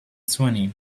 twenty